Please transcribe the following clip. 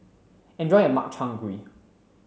enjoy your Makchang Gui